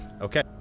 Okay